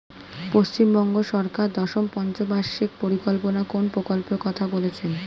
পশ্চিমবঙ্গ সরকার দশম পঞ্চ বার্ষিক পরিকল্পনা কোন প্রকল্প কথা বলেছেন?